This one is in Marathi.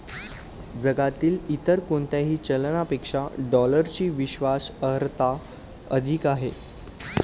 जगातील इतर कोणत्याही चलनापेक्षा डॉलरची विश्वास अर्हता अधिक आहे